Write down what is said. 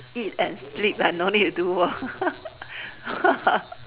eat and sleep ah no need to do work